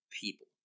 people